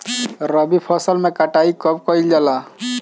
रबी फसल मे कटाई कब कइल जाला?